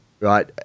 Right